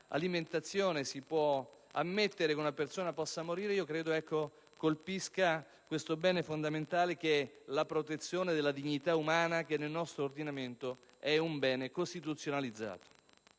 dell'alimentazione, si può ammettere che una persona possa morire, credo colpisca questo bene fondamentale che è la protezione della dignità umana, che nel nostro ordinamento è un bene costituzionalizzato.